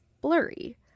blurry